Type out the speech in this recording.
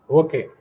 okay